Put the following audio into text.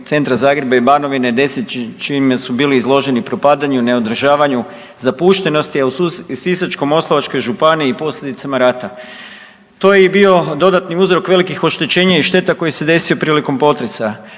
centra Zagreba i Banovine desetljećima su bili izloženi propadanju, neodržavanju, zapuštenosti, a u Sisačko-moslavačkoj županiji, posljedicama rata. To je i bio dodatni uzrok velikih oštećenja i šteta koji se desio prilikom potresa.